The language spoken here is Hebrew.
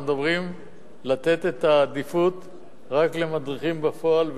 אנחנו מדברים על לתת את העדיפות רק למדריכים בפועל,